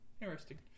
interesting